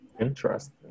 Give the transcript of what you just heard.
Interesting